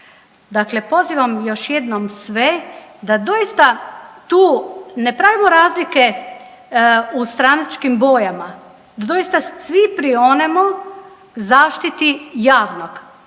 Dakle, pozivam još jednom sve da doista tu ne pravimo razlike u stranačkim bojama, da doista svi prionemo zaštiti javnog